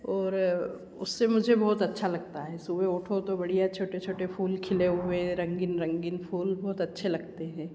और उससे मुझे बहुत अच्छा लगता है सुबह उठो तो बढ़िया छोटे छोटे फूल खिले हुए रंगीन रंगीन फूल बहुत अच्छे लगते हैं